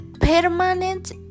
permanent